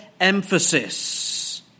emphasis